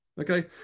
okay